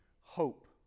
hope